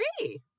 three